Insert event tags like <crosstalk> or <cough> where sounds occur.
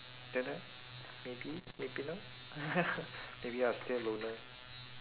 don't know maybe maybe not <laughs> maybe I'll still loner